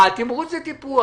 תמרוץ וטיפוח.